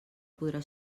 podrà